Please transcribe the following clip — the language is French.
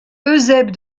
eusèbe